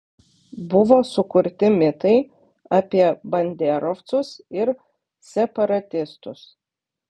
buvo sukurti mitai apie banderovcus ir separatistus